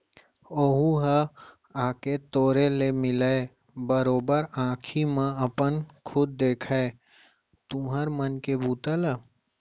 ओहूँ ह आके तोर ले मिलय, बरोबर आंखी म अपन खुद देखय तुँहर मन के बूता ल